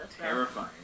terrifying